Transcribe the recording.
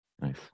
Nice